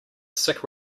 sick